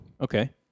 Okay